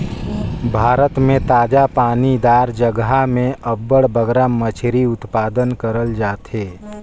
भारत में ताजा पानी दार जगहा में अब्बड़ बगरा मछरी उत्पादन करल जाथे